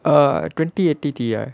err twenty eight T_I